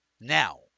now